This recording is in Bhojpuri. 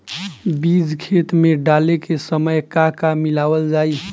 बीज खेत मे डाले के सामय का का मिलावल जाई?